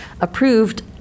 approved